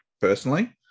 personally